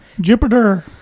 Jupiter